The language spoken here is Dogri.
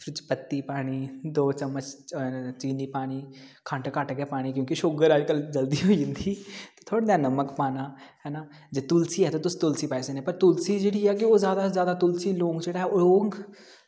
ओह्दे च पत्ती पानी दौ चम्मच चीनी पानी खंड घट्ट गै पानी शुगर जल्दी होई जानी थोह्ड़े जेहा नमक पाना तुलसी ऐ ते तुस तुलसी पाई सकने पर जेह्ड़ी तुलसी ऐ ओह् सारें कशा जादै लोग